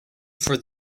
for